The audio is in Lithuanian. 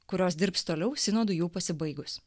kurios dirbs toliau sinodui jau pasibaigus